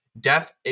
Death